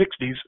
1960s